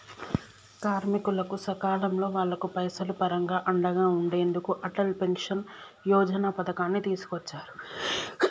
కార్మికులకు సకాలంలో వాళ్లకు పైసలు పరంగా అండగా ఉండెందుకు అటల్ పెన్షన్ యోజన పథకాన్ని తీసుకొచ్చారు